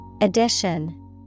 Addition